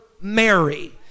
Mary